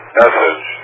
message